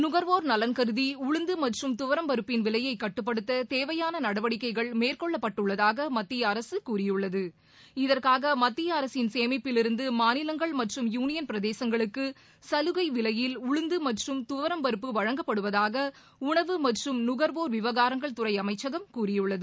நுகர்வோர் நலன் கருதி உளுந்து மற்றும் துவரம் பருப்பின் விலையை கட்டுப்படுத்த தேவையான நடவடிக்கைகள் மேற்கொள்ளப்பட்டுள்ளதாக மத்திய அரசு கூறியுள்ளது இதற்காக மத்திய அரசின் சேமிப்பிலிருந்து மாநிலங்கள் மற்றும் யூனியன் பிரதேசங்களுக்கு சலுகை விலையில் உளுந்து மற்றும் துவரம்பருப்பு வழங்கப்படுவதாக உணவு மற்றும் நுகர்வோர் விவகாரங்கள் துறை அமைச்சகம் கூறியுள்ளது